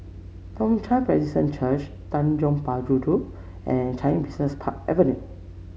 Toong Chai Presbyterian Church Tanjong Penjuru and Changi Business Park Avenue